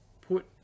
put